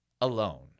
alone